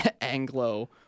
Anglo